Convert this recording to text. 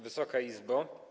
Wysoka Izbo!